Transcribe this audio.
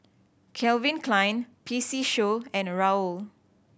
Calvin Klein P C Show and Raoul